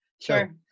Sure